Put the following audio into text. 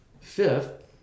Fifth